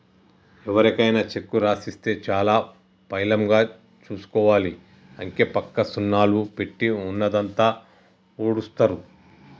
ఎవరికైనా చెక్కు రాసిస్తే చాలా పైలంగా చూసుకోవాలి, అంకెపక్క సున్నాలు పెట్టి ఉన్నదంతా ఊడుస్తరు